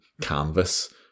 canvas